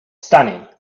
stunning